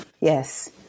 yes